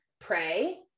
pray